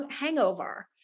hangover